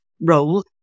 role